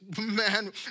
man